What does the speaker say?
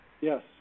Yes